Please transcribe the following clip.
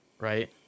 right